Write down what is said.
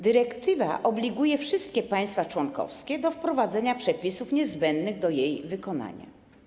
Dyrektywa obliguje wszystkie państwa członkowskie do wprowadzenia przepisów niezbędnych do jej wykonania.